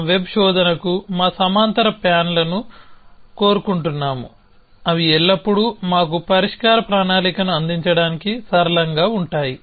మనం వెబ్ శోధనకు మా సమాంతర ప్యాన్లను కోరుకుంటున్నాము అవి ఎల్లప్పుడూ మాకు పరిష్కార ప్రణాళికను అందించడానికి సరళంగా ఉంటాయి